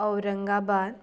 Aurangabad